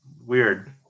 Weird